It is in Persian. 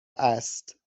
است